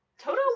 Toto